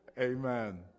Amen